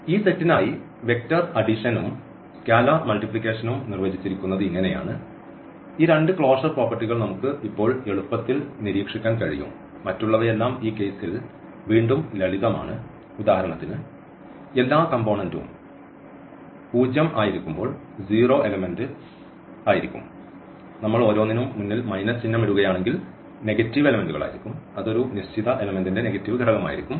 ഈ സെറ്റിനായി വെക്റ്റർ അഡിഷനും സ്കാലാർ മൾട്ടിപ്ലിക്കേഷനും നിർവചിച്ചിരിക്കുന്നത് ഇങ്ങനെയാണ് ഈ രണ്ട് ക്ലോഷർ പ്രോപ്പർട്ടികൾ നമുക്ക് ഇപ്പോൾ എളുപ്പത്തിൽ നിരീക്ഷിക്കാൻ കഴിയും മറ്റുള്ളവയെല്ലാം ഈ കേസിൽ വീണ്ടും ലളിതമാണ് ഉദാഹരണത്തിന് എല്ലാ കമ്പോണന്റും പൂജ്യം ആയിരിക്കുമ്പോൾ 0 എലമെന്റ് ആയിരിക്കും നമ്മൾ ഓരോന്നിനും മുന്നിൽ മൈനസ് ചിഹ്നം ഇടുകയാണെങ്കിൽ നെഗറ്റീവ് എലെമെന്റുകൾ ആയിരിക്കും അത് ഒരു നിശ്ചിത എലമെന്റ്ന്റെ നെഗറ്റീവ് ഘടകമായിരിക്കും